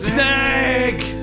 Snake